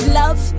love